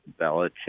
Belichick